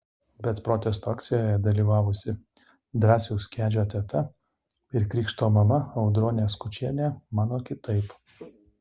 bet protesto akcijoje dalyvavusi drąsiaus kedžio teta ir krikšto mama audronė skučienė mano kitaip